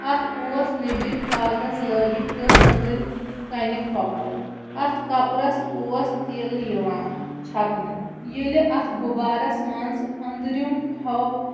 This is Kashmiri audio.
اَتھ اوس نیبِرۍ کاغذ لٲگِتھ تہٕ أندٕرۍ کَنہِ کپُر اَتھ کپرَس اوس تِل یِوان چھکنہٕ ییٚلہِ اَتھ گُبارس منٛز أندرِم